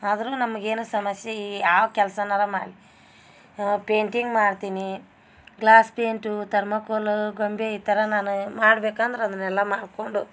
ಆದರೂ ನಮಗೇನು ಕೆಲಸನರ ಮಾಡಿ ಪೇಂಟಿಂಗ್ ಮಾಡ್ತೀನಿ ಗ್ಲಾಸ್ ಪೇಂಟು ತರ್ಮಕೋಲು ಗೊಂಬೆ ಈ ಥರ ನಾನು ಮಾಡ್ಬೇಕಂದರೆ ಅದನ್ನೆಲ್ಲ ಮಾಡ್ಕೊಂಡು